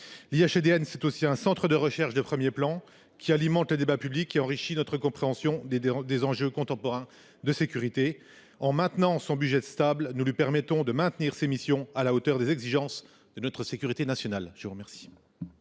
L’IHEDN est aussi un centre de recherche de premier plan, qui alimente les débats publics et enrichit notre compréhension des enjeux contemporains de sécurité. En stabilisant son budget, nous lui permettons de maintenir ses missions à la hauteur des exigences. La parole est à M.